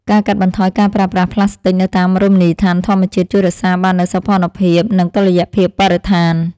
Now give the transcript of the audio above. ការកាត់បន្ថយការប្រើប្រាស់ផ្លាស្ទិកនៅតាមរមណីយដ្ឋានធម្មជាតិជួយរក្សាបាននូវសោភ័ណភាពនិងតុល្យភាពបរិស្ថាន។